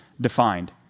defined